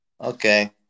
okay